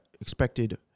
expected